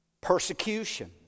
persecution